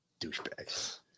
douchebags